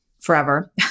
forever